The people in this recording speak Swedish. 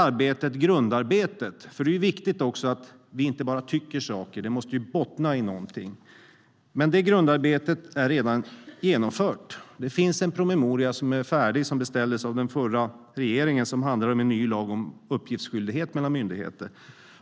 Det grundarbetet - för det är viktigt att vi inte bara tycker saker; det måste bottna i någonting - är redan genomfört. Det finns en färdig promemoria som beställdes av den förra regeringen. Den handlar om en ny lag om uppgiftsskyldighet mellan myndigheter.